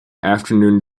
afternoon